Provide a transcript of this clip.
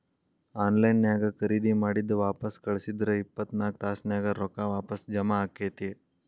on line ನ್ಯಾಗ್ ಖರೇದಿ ಮಾಡಿದ್ ವಾಪಸ್ ಕಳ್ಸಿದ್ರ ಇಪ್ಪತ್ನಾಕ್ ತಾಸ್ನ್ಯಾಗ್ ರೊಕ್ಕಾ ವಾಪಸ್ ಜಾಮಾ ಆಕ್ಕೇತಿ